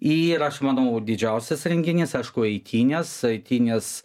ir aš manau didžiausias renginys aišku eitynės eitynės